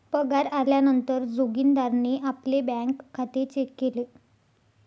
पगार आल्या नंतर जोगीन्दारणे आपले बँक खाते चेक केले